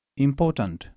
important